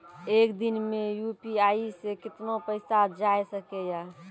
एक दिन मे यु.पी.आई से कितना पैसा जाय सके या?